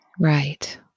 Right